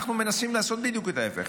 אנחנו מנסים לעשות בדיוק את ההפך.